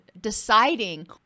deciding